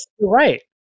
right